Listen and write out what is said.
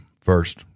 first